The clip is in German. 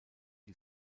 die